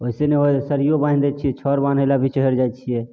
ओहिसँ नहि होइ हइ तऽ सरिओ बान्हि दै छिए छड़ बान्है लागी चहरि जाइ छिए